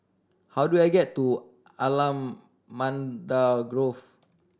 how do I get to Allamanda Grove